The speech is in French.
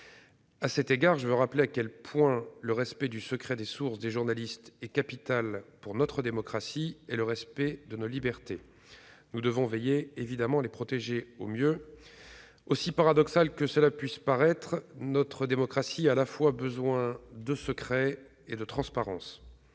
À cet égard, je rappelle à quel point le respect du secret des sources des journalistes est capital pour notre démocratie et pour le respect de nos libertés. Nous devons veiller, évidemment, à les protéger au mieux. Aussi paradoxal que cela puisse paraître, notre démocratie a besoin à la fois de secret et de transparence.